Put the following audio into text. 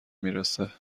میرسه